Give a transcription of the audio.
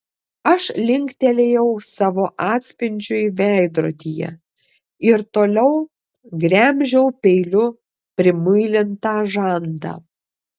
aš linktelėjau savo atspindžiui veidrodyje ir toliau gremžiau peiliu primuilintą žandą